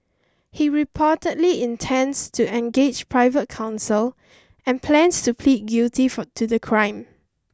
he reportedly intends to engage private counsel and plans to plead guilty for to the crime